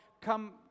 come